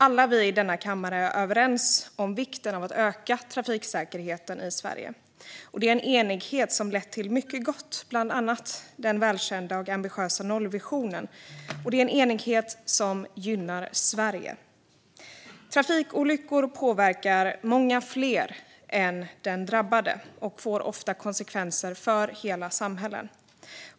Alla i denna kammare är överens om vikten av att öka trafiksäkerheten i Sverige. Det är en enighet som lett till mycket gott, bland annat den välkända och ambitiösa nollvisionen. Det är en enighet som gynnar Sverige. Trafikolyckor påverkar många fler än de drabbade och får ofta konsekvenser för hela samhällen.